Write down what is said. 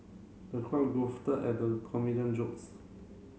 the crowd at the comedian jokes